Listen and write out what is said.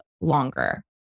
longer